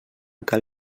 cal